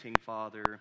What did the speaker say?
Father